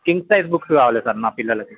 king size books కావాలి sir నా పిల్లలకి